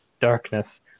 darkness